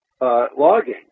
logging